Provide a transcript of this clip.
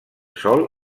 sol